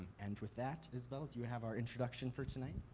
and with that, isabel, do you have our introduction for tonight?